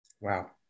Wow